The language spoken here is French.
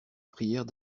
prièrent